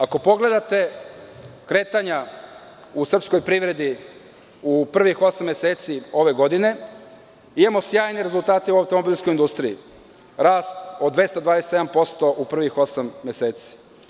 Ako pogledate kretanja u srpskoj privredi u prvih osam meseci ove godine imamo sjajne rezultate u automobilskoj industriji, rast od 227% u prvih osam meseci.